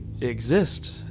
exist